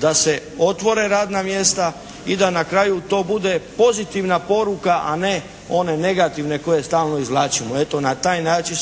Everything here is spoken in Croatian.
da se otvore radna mjesta i da na kraju to bude pozitivna poruka, a ne one negativne koje stalno izvlačimo. Eto na taj način